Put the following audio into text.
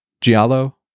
Giallo